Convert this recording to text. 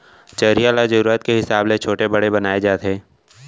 चरिहा ल जरूरत के हिसाब ले छोटे बड़े बनाए जाथे